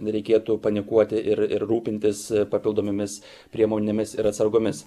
nereikėtų panikuoti ir ir rūpintis papildomomis priemonėmis ir atsargomis